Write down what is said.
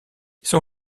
son